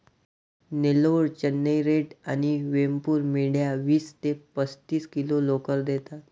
Nellore, Chennai red आणि वेमपूर मेंढ्या वीस ते पस्तीस किलो लोकर देतात